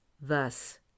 Thus